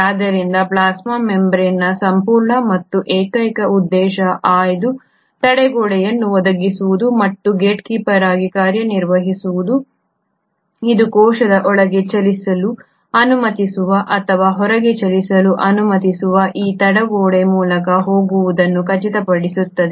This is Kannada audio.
ಆದ್ದರಿಂದ ಪ್ಲಾಸ್ಮಾ ಮೆಂಬರೇನ್ನ ಸಂಪೂರ್ಣ ಮತ್ತು ಏಕೈಕ ಉದ್ದೇಶವು ಆಯ್ದ ತಡೆಗೋಡೆಯನ್ನು ಒದಗಿಸುವುದು ಮತ್ತು ಗೇಟ್ಕೀಪರ್ ಆಗಿ ಕಾರ್ಯನಿರ್ವಹಿಸುವುದು ಇದು ಕೋಶದ ಒಳಗೆ ಚಲಿಸಲು ಅನುಮತಿಸುವ ಅಥವಾ ಹೊರಗೆ ಚಲಿಸಲು ಅನುಮತಿಸುವ ಈ ತಡೆಗೋಡೆ ಮೂಲಕ ಹೋಗುವುದನ್ನು ಖಚಿತಪಡಿಸುತ್ತದೆ